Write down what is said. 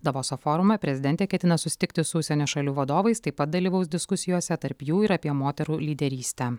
davoso forume prezidentė ketina susitikti su užsienio šalių vadovais taip pat dalyvaus diskusijose tarp jų ir apie moterų lyderystę